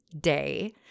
day